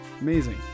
amazing